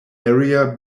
area